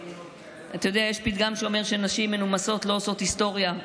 יש פתגם שאומר שנשים מנומסות לא עושות היסטוריה,